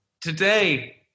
Today